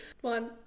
One